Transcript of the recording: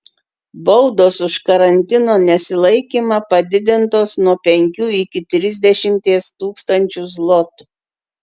baudos už karantino nesilaikymą padidintos nuo penkių iki trisdešimties tūkstančių zlotų